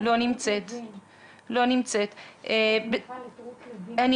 אני רואה את רות לוין.